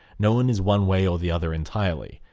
no one is one way or the other entirely.